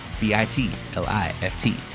B-I-T-L-I-F-T